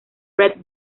fred